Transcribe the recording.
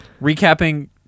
Recapping